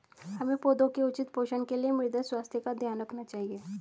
हमें पौधों के उचित पोषण के लिए मृदा स्वास्थ्य का ध्यान रखना चाहिए